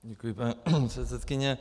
Děkuji, paní předsedkyně.